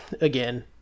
again